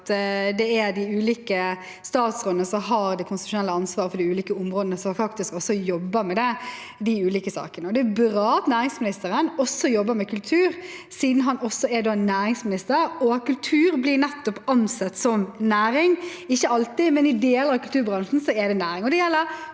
det er de ulike statsrådene som har det konstitusjonelle ansvaret for de ulike områdene, som faktisk også jobber med de ulike sakene. Det er bra at næringsministeren også jobber med kultur, siden han er næringsminister, og kultur blir ansett som næring – ikke alltid, men i deler av kulturbransjen er det næring.